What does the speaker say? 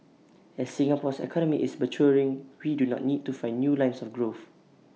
as Singapore's economy is maturing we do not need to find new lines of growth